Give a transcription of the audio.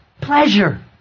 pleasure